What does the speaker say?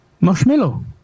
Marshmallow